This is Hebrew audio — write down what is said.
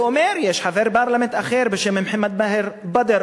שאומר: יש חבר פרלמנט אחר בשם מוחמד באדר,